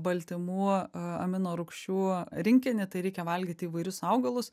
baltymų amino rūgščių rinkinį tai reikia valgyti įvairius augalus